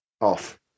off